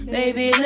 Baby